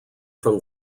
from